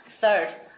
Third